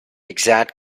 exact